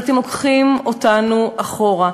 אבל אתם לוקחים אותנו אחורה.